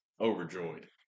overjoyed